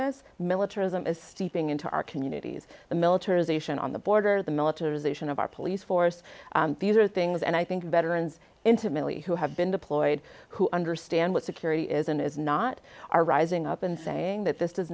this militarism is seeping into our communities the militarization on the border the militarization of our police force these are things and i think veterans intimately who have been deployed who understand what security is and is not are rising up and saying that this does